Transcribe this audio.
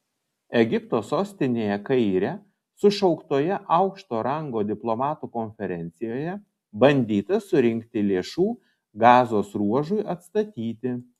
egipto sostinėje kaire sušauktoje aukšto rango diplomatų konferencijoje bandyta surinkti lėšų gazos ruožui atstatyti